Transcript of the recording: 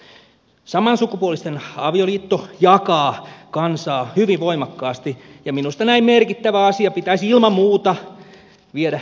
samansukupuolisten avioliitto jakaa kansaa hyvin voimakkaasti ja minusta näin merkittävä asia pitäisi ilman muuta viedä kansanäänestykseen